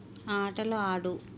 ఆటలు ఆడు